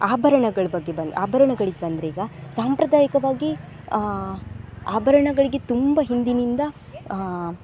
ಆಭರಣಗಳ ಬಗ್ಗೆ ಬಂದ ಆಭರಣಗಳಿಗೆ ಬಂದರೆ ಈಗ ಸಾಂಪ್ರದಾಯಿಕವಾಗಿ ಆಭರಣಗಳಿಗೆ ತುಂಬ ಹಿಂದಿನಿಂದ